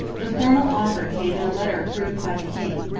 the formal offer came in a letter approved by the king.